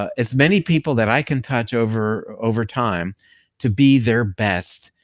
as many people that i can touch over over time to be their best,